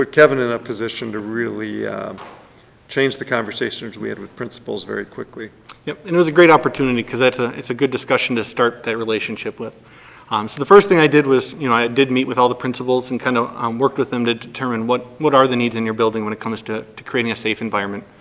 kevin in a position to really change the conversation we had with principals very quickly. yup. and it was a great opportunity because it's a it's a good discussion to start that relationship with. um so the first thing i did was you know i did meet with all the principals and kind of um worked with them to determine what what are the needs in your building when it comes to to creating a safe environment.